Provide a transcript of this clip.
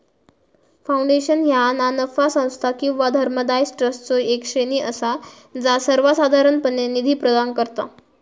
foundation ह्या ना नफा संस्था किंवा धर्मादाय ट्रस्टचो येक श्रेणी असा जा सर्वोसाधारणपणे निधी प्रदान करता